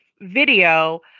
video